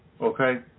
okay